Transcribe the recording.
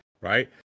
right